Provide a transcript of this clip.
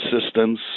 assistance